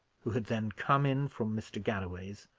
who had then come in from mr. galloway's,